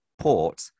port